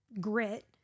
grit